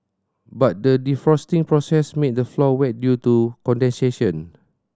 but the defrosting process made the floor wet due to condensation